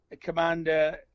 Commander